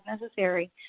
necessary